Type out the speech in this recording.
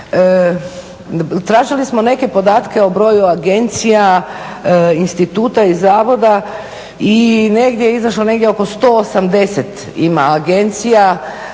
tražili smo neke podatke o broju agencija, instituta i zavoda i negdje je izašlo oko 180 ima agencija,